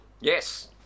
Yes